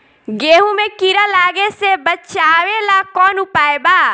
गेहूँ मे कीड़ा लागे से बचावेला कौन उपाय बा?